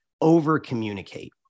over-communicate